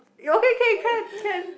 okay okay can can